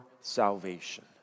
salvation